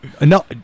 No